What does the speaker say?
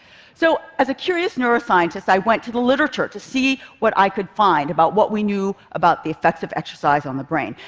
so as a curious neuroscientist, i went to the literature to see what i could find about what we knew about the effects of exercise on the brain.